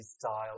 style